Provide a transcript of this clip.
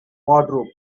wardrobe